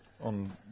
on